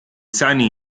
sani